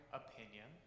opinion